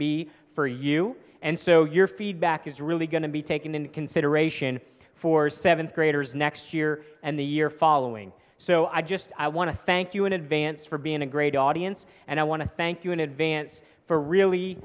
be for you and so your feedback is really going to be taken into consideration for seventh graders next year and the year following so i just i want to thank you in advance for being a great audience and i want to thank you in advance for really